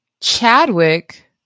Chadwick